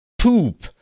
poop